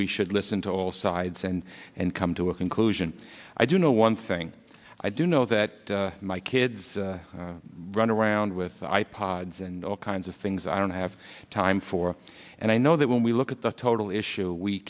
we should listen to all sides and and come to a conclusion i do know one thing i do know that my kids run around with i pods and all kinds of things i don't have time for and i know that when we look at the total issue we